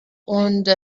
und